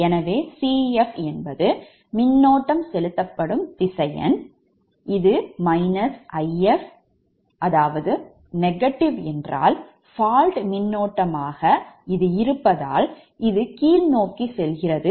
எனவே Cf bus மின்னோட்ட செலுத்தப்படும் திசையன் மற்றும் இது If மின்னோட்டத்தை -ve என்றால் அது fault மின்னோட்டமாக இருப்பதால் கீழ்நோக்கி செல்கிறது